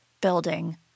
building